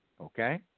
Okay